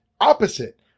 opposite